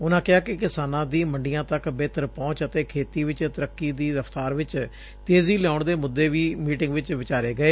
ਉਨਾਂ ਕਿਹਾ ਕਿ ਕਿਸਾਨਾਂ ਦੀ ਮੰਡੀਆਂ ਤੱਕ ਬੇਹਤਰ ਪਹੁੰਚ ਅਤੇ ਖੇਤੀ ਚ ਤਰੱਕੀ ਦੀ ਰਫ਼ਤਾਰ ਚ ਤੇਜ਼ੀ ਲਿਆਉਣ ਦੇ ਮੁੱਦੇ ਵੀ ਮੀਟਿੰਗ ਵਿਚ ਵਿਚਾਰੇ ਗਏ